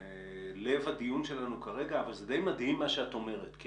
בלב הדיון שלנו כרגע אבל זה די מדהים מה שאת אומרת כי